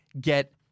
get